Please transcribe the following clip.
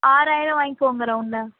ஆறாயிரம் வாங்கிக்கோங்க ரவுண்டா